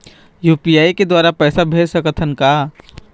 UPI के द्वारा पैसा भेज सकत ह का?